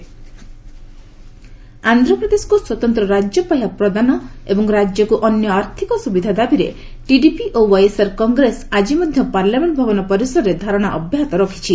ପାର୍ଲ protest ଆନ୍ଧ୍ରପ୍ରଦେଶକୁ ସ୍ୱତନ୍ତ ରାଜ୍ୟ ପାହ୍ୟା ପ୍ରଦାନ ଏବଂ ରାଜ୍ୟକୁ ଅନ୍ୟ ଆର୍ଥିକ ସୁବିଧା ଦାବିରେ ଟିଡିପି ଓ ୱାଇଏସ୍ଆର୍ କଂଗ୍ରେସ ଆଜି ମଧ୍ୟ ପାର୍ଲାମେଣ୍ଟ ଭବନ ପରିସରରେ ଧାରଣା ଅବ୍ୟାହତ ରଖିଛି